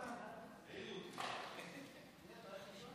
בערבית אומרים, תשאל את סגנית